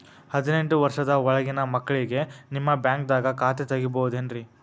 ಹದಿನೆಂಟು ವರ್ಷದ ಒಳಗಿನ ಮಕ್ಳಿಗೆ ನಿಮ್ಮ ಬ್ಯಾಂಕ್ದಾಗ ಖಾತೆ ತೆಗಿಬಹುದೆನ್ರಿ?